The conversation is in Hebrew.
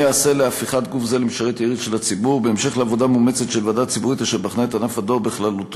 2. בהמשך לעבודה מאומצת של ועדה ציבורית אשר בחנה את ענף הדואר בכללותו,